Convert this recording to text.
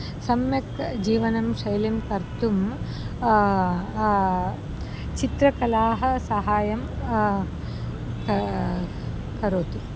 सम्यक् जीवनशैलिं कर्तुं चित्रकलाः सहाय्यं का करोति